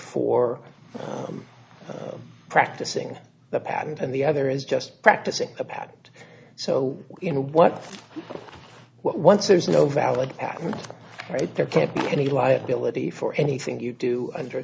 for practicing the patent and the other is just practicing a pat so you know what once there is no valid patent right there can't be any liability for anything you do under